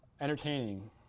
entertaining